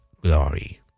glory